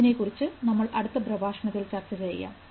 ഇതിനെക്കുറിച്ച് നമ്മൾ അടുത്ത പ്രഭാഷണത്തിൽ ചർച്ച ചെയ്യാം